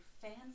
fans